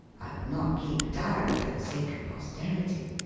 i would not keep a diary for the sake of posterity,